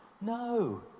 No